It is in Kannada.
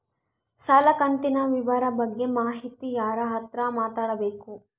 ಸಾಲ ಕಂತಿನ ವಿವರ ಬಗ್ಗೆ ಮಾಹಿತಿಗೆ ಯಾರ ಹತ್ರ ಮಾತಾಡಬೇಕು?